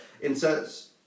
Inserts